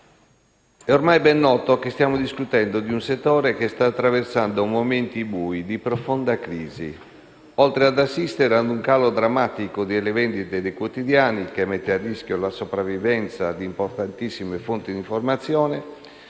È ormai ben noto che stiamo discutendo di un settore che sta attraversando momenti bui di profonda crisi. Oltre ad assistere a un calo drammatico delle vendite dei quotidiani, che mette a rischio la sopravvivenza di importantissime fonti di informazione,